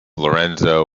lorenzo